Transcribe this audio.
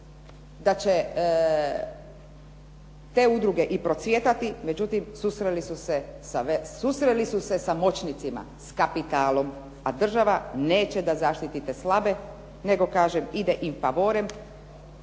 da će te udruge i procvjetati, međutim susreli su se sa moćnicima, s kapitalom a država neće da zaštiti te slabe nego kažem ide in favorem